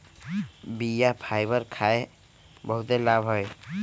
बीया फाइबर खाय के बहुते लाभ हइ